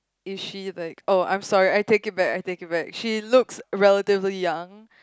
is she like oh I'm sorry I take it back I take it back she looks relatively young